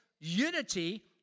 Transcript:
unity